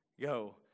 Go